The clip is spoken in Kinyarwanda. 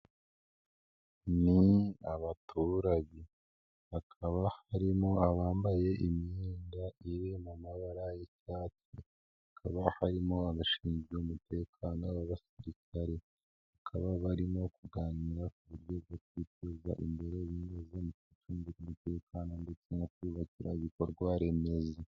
Ni abaturage, hakaba harimo abambaye imyenda iri mu mabara y'icyatsi, hakaba harimo abashinzwe umutekano b'abasirikare, bakaba barimo kuganira ku buryo bwo kwiteza imbere binyuze mu kwicungira umutekano ndetse no kwiyubakira ibikorwa remezo.